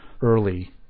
early